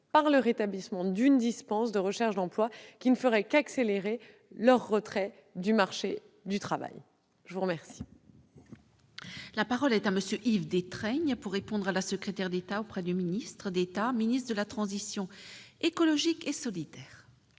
par le rétablissement d'une dispense de recherche d'emploi, qui ne ferait qu'accélérer leur retrait du marché du travail. La parole